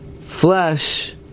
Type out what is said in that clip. flesh